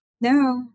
No